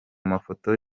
mafoto